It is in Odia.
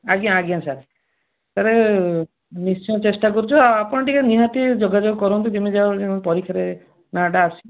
ଆଜ୍ଞା ଆଜ୍ଞା ସାର୍ ସାରେ ନିଶ୍ଚୟ ଚେଷ୍ଟା କରୁଛୁ ଆଉ ଆପଣ ଟିକେ ନିହାତି ଯୋଗାଯୋଗ କରନ୍ତୁ ଯେମିତି ଭାବରେ ପରୀକ୍ଷାରେ ନାଁଟା ଆସିବ